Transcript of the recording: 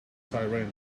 siren